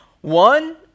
One